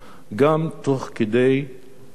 גם תוך כדי בניית ההתנחלויות.